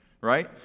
Right